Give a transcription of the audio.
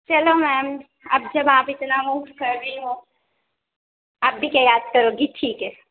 چلو میم اب جب آپ اتنا موو کر رہی ہو آپ بھی کیا یاد کرو گی ٹھیک ہے